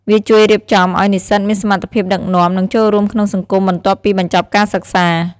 វាជួយរៀបចំឲ្យនិស្សិតមានសមត្ថភាពដឹកនាំ និងចូលរួមក្នុងសង្គមបន្ទាប់ពីបញ្ចប់ការសិក្សា។